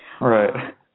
Right